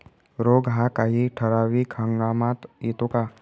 रोग हा काही ठराविक हंगामात येतो का?